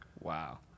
Wow